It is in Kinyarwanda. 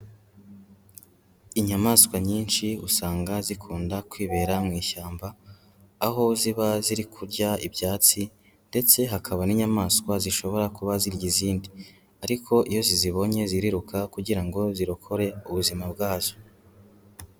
Inyamaswa nyinshi usanga zikunda kwibera mu ishyamba, aho ziba ziri kurya ibyatsi ndetse hakaba n'inyamaswa zishobora kuba zirya izindi ariko iyo zizibonye ziriruka kugira ngo zirokore ubuzima bwazo.